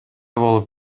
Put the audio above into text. болуп